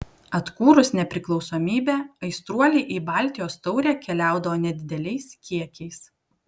atkūrus nepriklausomybę aistruoliai į baltijos taurę keliaudavo nedideliais kiekiais